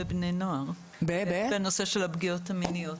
בני נוער בנושא של הפגיעות המיניות.